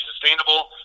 sustainable